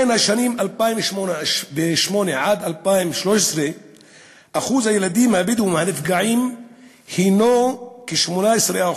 בשנים 2008 2013 שיעור הילדים הבדואים הנפגעים היה כ-18%,